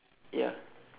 ya